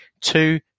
two